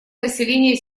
население